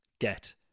get